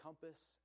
compass